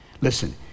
Listen